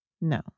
No